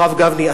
הרב גפני,